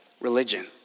religion